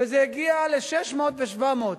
וזה יגיע ל-600,000 ו-700,000.